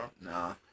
Nah